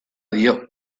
dio